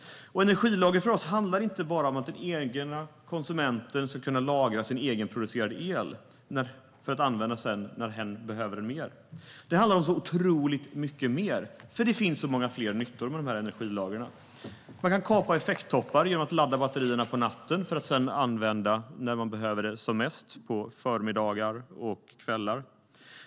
Energilager handlar för oss inte bara om att den enskilde konsumenten ska kunna lagra sin egenproducerade el för att använda när hen sedan behöver den mer. Det handlar om så otroligt mycket mer, för det finns så många fler nyttor med energilagren. Man kan kapa effekttoppar genom att ladda batterierna på natten för att sedan använda elen när man behöver den som mest på förmiddagar och kvällar.